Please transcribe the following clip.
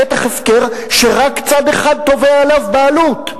שטח הפקר שרק צד אחד תובע עליו בעלות.